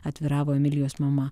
atviravo emilijos mama